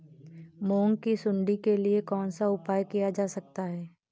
मूंग की सुंडी के लिए कौन सा उपाय किया जा सकता है?